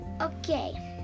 Okay